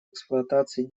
эксплуатации